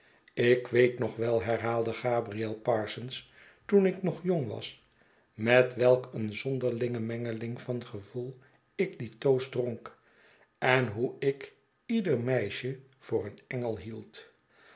ik weet nog wel herhaalde gabriel parsons toen ik nogjong was met welkeen zonderlinge mengeling van gevoel ik dien toast dronk en hoe ik ieder meisje voor een engel hield